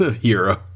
hero